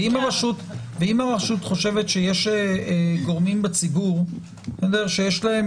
ואם הרשות חושבת שיש גורמים בציבור שיש להם